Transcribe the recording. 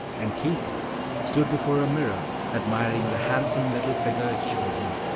and keith stood before a mirror, admiring the handsome little figure it showed him.